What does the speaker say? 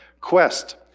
quest